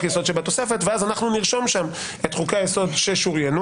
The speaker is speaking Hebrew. יסוד שבתוספת" ואז אנחנו נכתוב שם את חוקי היסוד ששוריינו,